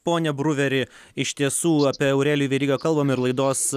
pone bruveri iš tiesų apie aurelijų verygą kalbam ir laidos